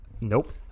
Nope